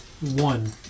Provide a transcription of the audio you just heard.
One